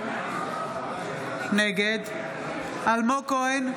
נגד אלמוג כהן,